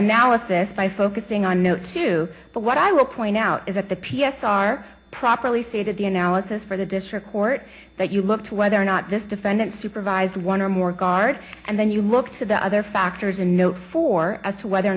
analysis by focusing on no two but what i will point out is that the p s r properly stated the analysis for the district court that you looked whether or not this defendant supervised one or more guard and then you look to the other factors and know for as to whether or